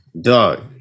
Dog